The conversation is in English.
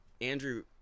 Andrew